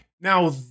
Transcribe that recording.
Now